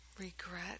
Regret